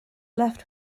left